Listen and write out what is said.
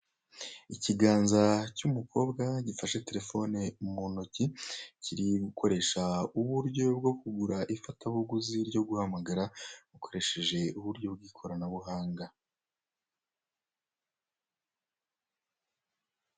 Ikiganza cy'umukobwa gifashe telefone mu ntoki kiri gukoresha uburyo bwo kugura ifatabuguzi ryo guhamagara bukoresheje uburyo bw'ikoranabuhanga.